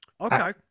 okay